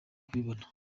kubibona